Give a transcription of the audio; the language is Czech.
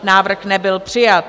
Návrh nebyl přijat.